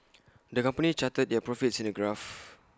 the company charted their profits in A graph